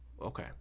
Okay